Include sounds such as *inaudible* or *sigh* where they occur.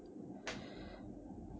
*coughs*